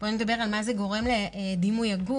לא נדבר על מה זה גורם לדימוי הגוף.